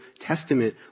Testament